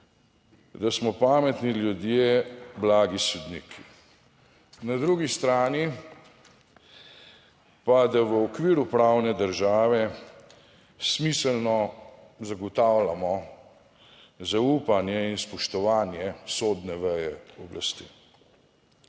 da smo pametni ljudje, blagi sodniki. Na drugi strani pa, da v okviru pravne države smiselno zagotavljamo zaupanje in spoštovanje sodne veje oblasti.